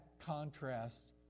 contrast